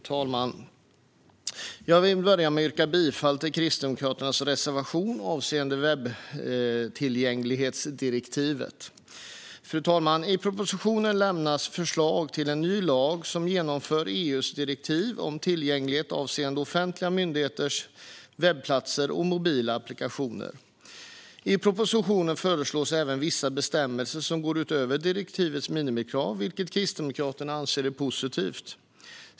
Fru talman! Jag vill börja med att yrka bifall till Kristdemokraternas reservation avseende webbtillgänglighetsdirektivet. Genomförande av webbtillgänglighets-direktivet I propositionen lämnas förslag till en ny lag som genomför EU:s direktiv om tillgänglighet avseende offentliga myndigheters webbplatser och mobila applikationer. I propositionen föreslås även vissa bestämmelser som går utöver direktivets minimikrav, vilket Kristdemokraterna anser är positivt.